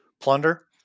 plunder